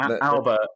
Albert